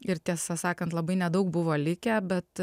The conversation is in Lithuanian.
ir tiesą sakant labai nedaug buvo likę bet